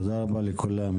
תודה רבה לכולם.